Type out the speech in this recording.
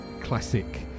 classic